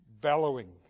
bellowing